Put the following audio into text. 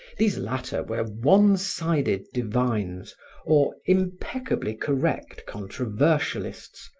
these latter were one-sided divines or impeccably correct controversialists,